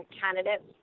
candidates